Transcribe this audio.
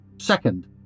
Second